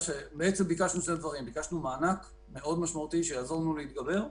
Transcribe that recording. ביקשנו שני דברים: ביקשנו מענק מאוד משמעותי שיעזור לנו להתגבר,